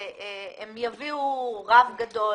שהם יביאו רב גדול,